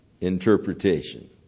interpretation